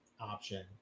option